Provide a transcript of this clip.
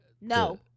No